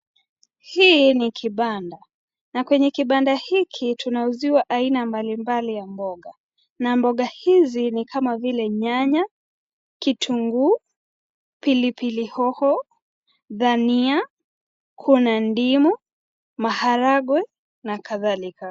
Hii ni kibanda na kwenye kibanda hiki tuna uziwa aina mbalimbali za mboga na mboga hizi ni kama vile nyanya, kitunguu, pilipili hoho, dhania, kuna ndimu, maharagwe na kadhalika.